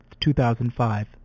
2005